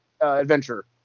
adventure